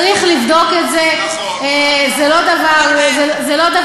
צריך לבדוק את זה, זה לא דבר טריוויאלי.